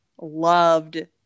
loved